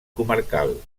comarcal